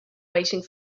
waiting